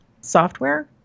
software